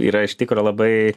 yra iš tikro labai